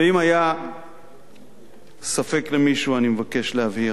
ואם היה ספק למישהו, אני מבקש להבהיר: